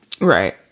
Right